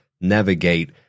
navigate